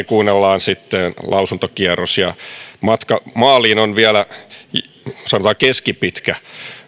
kuunnellaan sitten lausuntokierros matka maaliin on vielä sanotaan keskipitkä